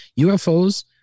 UFOs